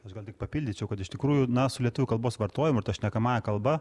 aš gal tik papildyčiau kad iš tikrųjų na su lietuvių kalbos vartojimu šnekamąja kalba